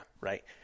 Right